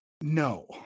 No